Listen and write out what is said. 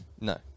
no